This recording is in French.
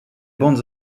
bandes